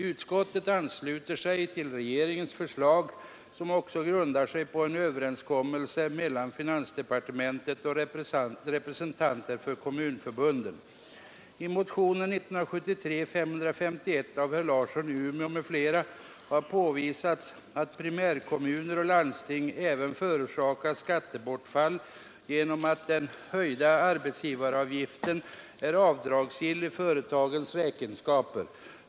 Utskottet ansluter sig till regeringens förslag, som grundar sig på en överenskommelse mellan finansdepartementet och representanter för kommunförbunden. I motionen 551 av herr Larsson i Umeå m.fl. har påvisats att primärkommuner och landsting även förorsakas skattebortfall genom att den höjda arbetsgivaravgiften är avdragsgill vid beskattningen.